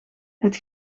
het